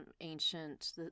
ancient